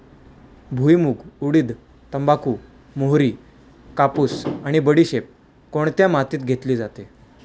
भुईमूग, उडीद, तंबाखू, मोहरी, कापूस आणि बडीशेप कोणत्या मातीत घेतली जाते?